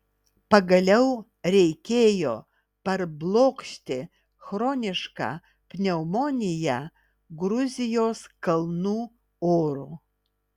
pagaliau reikėjo parblokšti chronišką pneumoniją gruzijos kalnų oru